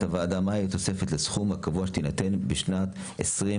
הוועדה: מהי התוספת לסכום הקבוע שתינתן בשנת 2023